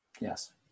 Yes